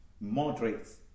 moderates